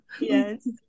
Yes